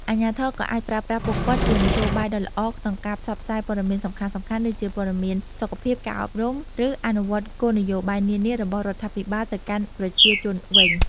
អាជ្ញាធរក៏អាចប្រើប្រាស់ពួកគាត់ជាមធ្យោបាយដ៏ល្អក្នុងការផ្សព្វផ្សាយព័ត៌មានសំខាន់ៗ ដូចជាព័ត៌មានសុខភាព ការអប់រំ ឬអនុវត្តគោលនយោបាយនានារបស់រដ្ឋាភិបាលទៅកាន់ប្រជាជនវិញ។